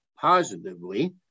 positively